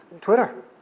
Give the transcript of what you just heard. Twitter